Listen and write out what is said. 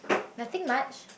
nothing much